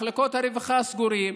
מחלקות הרווחה סגורות,